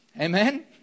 Amen